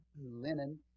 Linen